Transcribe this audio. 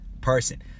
person